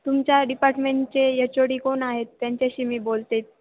तुमच्या डिपार्टमेंटचे H O D कोण आहेत त्यांच्याशी मी बोलते